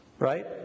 Right